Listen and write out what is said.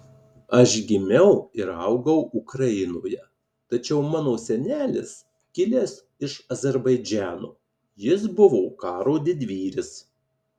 aš gimiau ir augau ukrainoje tačiau mano senelis kilęs iš azerbaidžano jis buvo karo didvyris